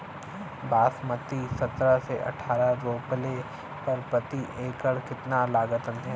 बासमती सत्रह से अठारह रोपले पर प्रति एकड़ कितना लागत अंधेरा?